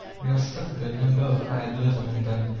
we are struck with the number of idlers among them.